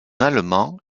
allemand